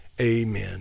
amen